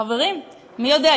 חברים, מי יודע?